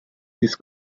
this